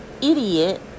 idiot